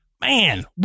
Man